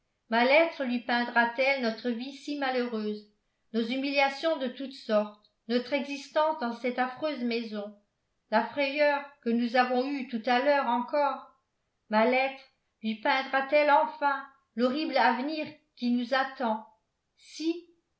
ma lettre lui peindra t elle notre vie si malheureuse nos humiliations de toutes sortes notre existence dans cette affreuse maison la frayeur que nous avons eue tout à l'heure encore ma lettre lui peindra t elle enfin l'horrible avenir qui nous attend si